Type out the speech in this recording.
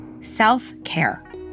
Self-care